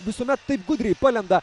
visuomet taip gudriai palenda